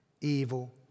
evil